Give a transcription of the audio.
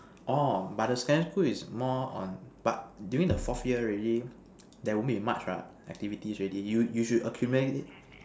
orh but the secondary school is more on but during the fourth year already there won't be much what activity already you you should accumulate